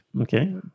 Okay